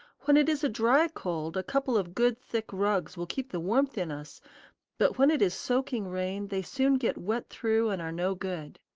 when it is a dry cold, a couple of good thick rugs will keep the warmth in us but when it is soaking rain, they soon get wet through and are no good.